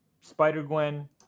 Spider-Gwen